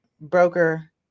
broker